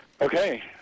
Okay